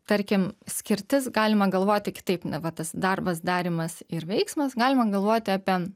tarkim skirtis galima galvoti kitaip na va tas darbas darymas ir veiksmas galima galvoti apie